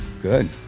Good